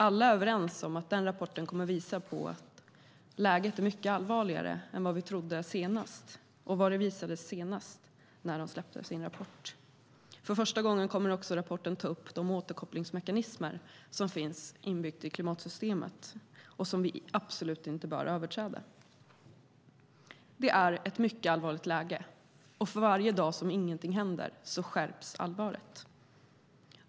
Alla är överens om att denna rapport kommer att visa att läget är mycket allvarligare än vi trodde och vad som visades när IPCC släppte sin förra rapport. För första gången kommer rapporten att ta upp de återkopplingsmekanismer som finns inbyggda i klimatsystemet och som vi absolut inte bör överträda. Det är ett mycket allvarligt läge, och för varje dag som ingenting händer skärps allvaret.